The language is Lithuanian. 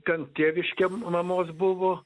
ten tėviškė mamos buvo